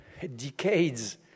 decades